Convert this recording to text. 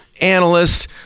analyst